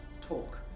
talk